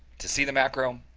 to see the macro,